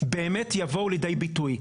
באמת יבואו לידי ביטוי.